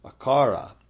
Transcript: akara